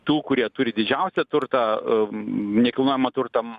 tų kurie turi didžiausią turtą nekilnojamą turtą